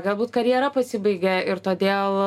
era galbūt karjera pasibaigė ir todėl